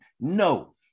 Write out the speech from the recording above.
No